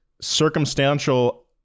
circumstantial